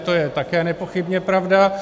To je také nepochybně pravda.